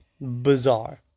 Bizarre